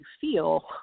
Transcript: feel